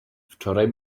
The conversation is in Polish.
wczoraj